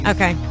Okay